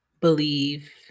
believe